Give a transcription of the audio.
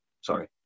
sorry